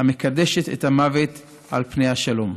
המקדשת את המוות על פני השלום.